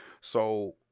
So-